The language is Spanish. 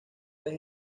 vez